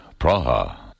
Praha